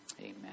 Amen